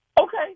Okay